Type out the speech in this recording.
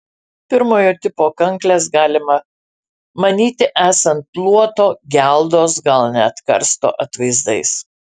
pirmojo tipo kankles galima manyti esant luoto geldos gal net karsto atvaizdais